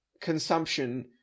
consumption